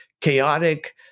chaotic